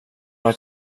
att